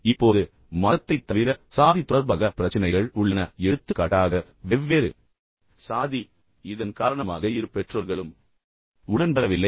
இப்போது மதத்தைத் தவிர சாதி தொடர்பாக பிரச்சினைகள் உள்ளன எடுத்துக்காட்டாக வெவ்வேறு சாதி இந்த பிரச்சினையின் காரணமாக இரு பெற்றோர்களும் உடன்படவில்லை